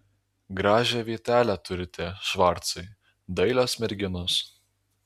gražią vietelę turite švarcai dailios merginos